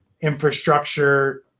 infrastructure